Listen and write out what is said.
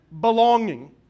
belonging